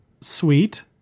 sweet